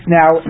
now